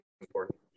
important